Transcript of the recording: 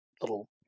little